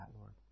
Lord